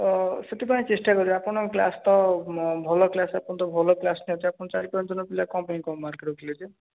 ତ ସେଥିପାଇଁ ଚେଷ୍ଟା କରିବି ଆପଣଙ୍କ କ୍ଲାସ୍ ତ ଭଲ କ୍ଲାସ୍ ଆପଣ ତ ଭଲ ନେଉଛନ୍ତି ଆପଣଙ୍କ ଚାରି ପାଞ୍ଚ ଜଣ ପିଲା କ'ଣ ପାଇଁ କମ୍ ମାର୍କ୍ ରଖିଲେ ଯେ